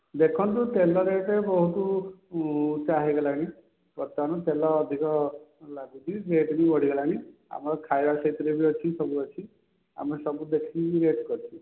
ଦେଖନ୍ତୁ ତେଲ ରେଟ୍ ବହୁତ ଉଞ୍ଚା ହେଇଗଲାଣି ବର୍ତ୍ତମାନ୍ ତେଲ ଅଧିକ ଲାଗୁଛି ରେଟ୍ ବି ବଢ଼ିଗଲାଣି ଆମର ଖାଇବା ସେଥିରେ ବି ଅଛି ସବୁ ଅଛି ଆମେ ସବୁ ଦେଖିକି ରେଟ୍ କରିଛୁ